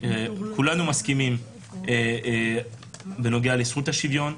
כולנו מסכימים בנוגע לזהות השוויון.